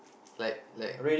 like like